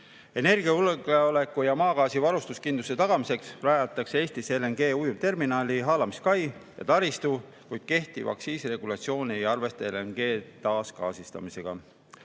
Energiajulgeoleku ja maagaasi varustuskindluse tagamiseks rajatakse Eestis LNG-ujuvterminal, haalamiskai ja taristu, kuid kehtiv aktsiisiregulatsioon ei arvesta LNG taasgaasistamisega.